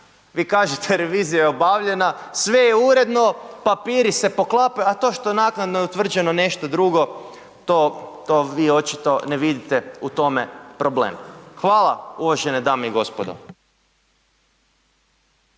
Vi kažete, revizija je obavljena, sve je uredno, papiri se pokapaju, a to što naknadno je utvrđeno nešto drugo, to vi očito ne vidite u tome problem. Hvala uvažene dame i gospodo.